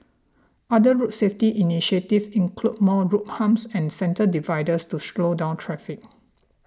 other road safety initiatives include more road humps and centre dividers to slow down traffic